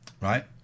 right